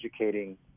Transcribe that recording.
educating